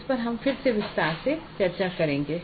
इस पर हम फिर से विस्तार से चर्चा करेंगे